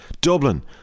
Dublin